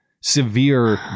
severe